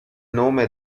nome